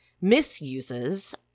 misuses